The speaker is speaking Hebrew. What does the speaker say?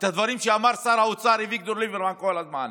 הדברים שאמר שר האוצר אביגדור ליברמן כל הזמן.